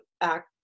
act